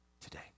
today